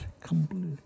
completely